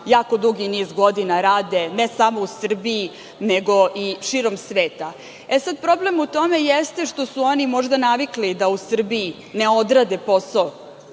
jako dugi niz godina rade, ne samo u Srbiji nego i širom sveta. Problem u tome jeste što su oni možda navikli da u Srbiji ne odrade posao